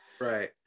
Right